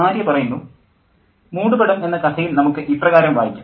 ആര്യ മൂടുപടം എന്ന കഥയിൽ നമുക്ക് ഇപ്രകാരം വായിക്കാം